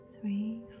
three